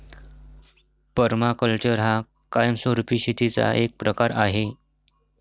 permaculture हा कायमस्वरूपी शेतीचा एक प्रकार आहे